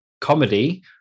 comedy